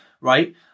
Right